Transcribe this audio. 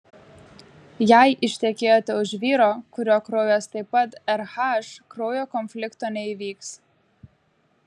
jei ištekėjote už vyro kurio kraujas taip pat rh kraujo konflikto neįvyks